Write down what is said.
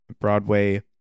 Broadway